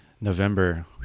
November